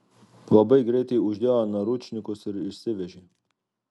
labai greitai uždėjo naručnikus ir išsivežė